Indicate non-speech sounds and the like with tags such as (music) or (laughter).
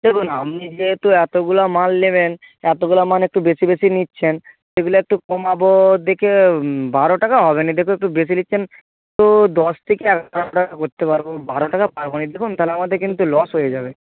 দেখুন আপনি যেহেতু এতগুলা মাল নেবেন এতগুলা মাল একটু বেশি বেশি নিচ্ছেন সেগুলো একটু কমাবো দেখে বারো টাকা হবে না দেখুন একটু বেশি লিচ্ছেন তো দশ থেকে (unintelligible) করতে পারবো বারো টাকা পারব না দেখুন তাহলে আমাদের কিন্তু লস হয়ে যাবে